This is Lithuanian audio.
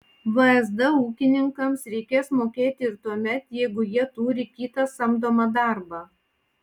vsd ūkininkams reikės mokėti ir tuomet jeigu jie turi kitą samdomą darbą